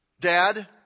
Dad